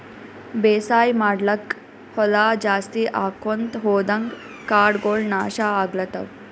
ಬೇಸಾಯ್ ಮಾಡ್ಲಾಕ್ಕ್ ಹೊಲಾ ಜಾಸ್ತಿ ಆಕೊಂತ್ ಹೊದಂಗ್ ಕಾಡಗೋಳ್ ನಾಶ್ ಆಗ್ಲತವ್